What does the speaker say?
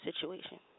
situation